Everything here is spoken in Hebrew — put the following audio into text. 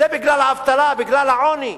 זה בגלל האבטלה, בגלל העוני.